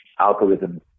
algorithms